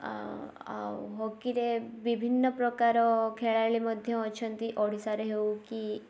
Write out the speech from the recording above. ଆ ଆଉ ହକିରେ ବିଭିନ୍ନ ପ୍ରକାର ଖେଳାଳି ମଧ୍ୟ ଅଛନ୍ତି ଓଡ଼ିଶାରେ ହେଉ କି